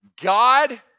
God